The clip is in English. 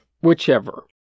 whichever